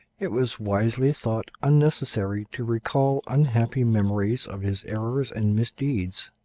it was wisely thought unnecessary to recall unhappy memories of his errors and misdeeds.